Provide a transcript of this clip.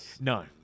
no